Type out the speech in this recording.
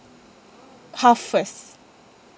half first